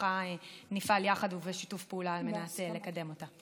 בשמחה נפעל יחד ובשיתוף פעולה על מנת לקדם אותה.